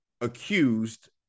accused